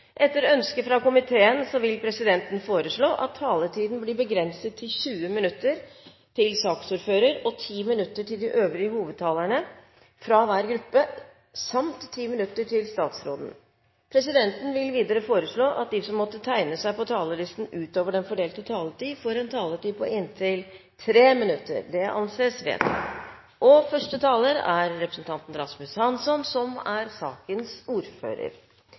vil presidenten foreslå at taletiden blir begrenset til 20 minutter til saksordfører og 10 minutter til hovedtalerne fra hver gruppe samt 10 minutter til statsråden. Presidenten vil videre foreslå at de som måtte tegne seg på talerlisten utover den fordelte taletid, får en taletid på inntil 3 minutter. – Det anses vedtatt. Jeg beklager dypt at jeg undervurderte Stortingets og presidentskapets lynende effektivitet i denne saken. I denne undersøkelsen som